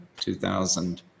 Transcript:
2000